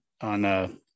on